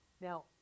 Now